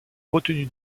retenue